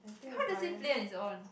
how does it play on its own